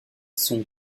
son